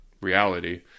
reality